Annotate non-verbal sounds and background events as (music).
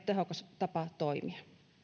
(unintelligible) tehokas tapa toimia